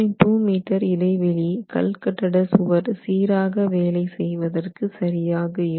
2 metre இடைவெளி கல்கட்டட சுவர் சீராக வேலை செய்வதற்கு சரியாக இருக்கும்